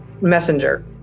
messenger